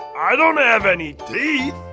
i don't have any teeth!